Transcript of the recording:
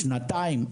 שנתיים,